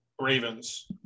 Ravens